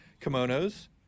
kimonos